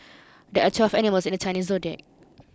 there are twelve animals in the Chinese Zodiac